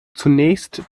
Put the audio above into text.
zunächst